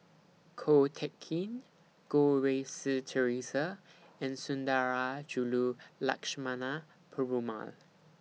Ko Teck Kin Goh Rui Si Theresa and Sundarajulu Lakshmana Perumal